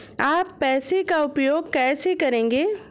आप पैसे का उपयोग कैसे करेंगे?